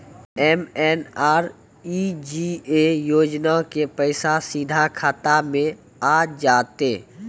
MNREGA योजना के पैसा सीधा खाता मे आ जाते?